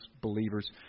believers